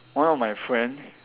one of my friend